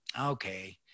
okay